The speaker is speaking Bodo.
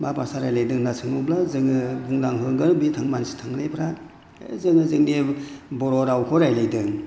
मा भाषा रायज्लायदों होननानै सोङोब्ला जोङो बुंना होनांगोन बे मानसि थांनायफ्रा जोङो जोंनि बर' रावखौ रायज्लायदों